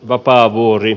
vapaavuori